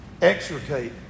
exhortate